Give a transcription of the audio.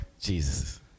Jesus